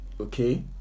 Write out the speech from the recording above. okay